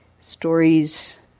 stories